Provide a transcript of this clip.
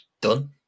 done